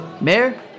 Mayor